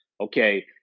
okay